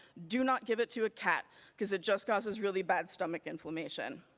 do not give it to a cat. because it just causes really bad stomach inflammation.